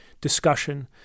discussion